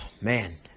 man